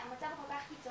המצב הוא כל כך קיצוני,